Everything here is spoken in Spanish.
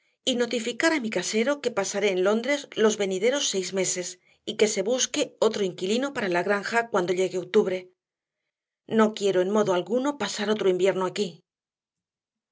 y notificar a mi casero que pasaré en londres los venideros seis meses y que se busque otro inquilino para la granja cuando llegue octubre no quiero en modo alguno pasar otro invierno aquí